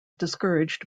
discouraged